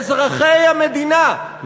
אזרחי המדינה,